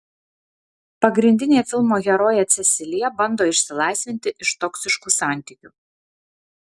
pagrindinė filmo herojė cecilija bando išsilaisvinti iš toksiškų santykių